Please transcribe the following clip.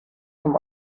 zum